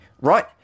Right